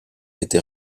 été